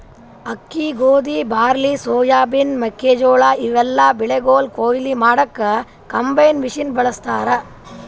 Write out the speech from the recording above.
ಅಕ್ಕಿ ಗೋಧಿ barley soybean ಮೆಕ್ಕೆಜೋಳಾ ಇವೆಲ್ಲಾ ಬೆಳಿಗೊಳ್ ಕೊಯ್ಲಿ ಮಾಡಕ್ಕ್ ಕಂಬೈನ್ ಮಷಿನ್ ಬಳಸ್ತಾರ್